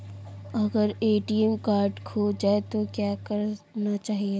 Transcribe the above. अगर ATM card खो जाए तो क्या करना चाहिए?